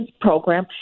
program